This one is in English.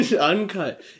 uncut